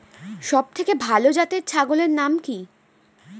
সবথেকে ভালো জাতের ছাগলের নাম কি?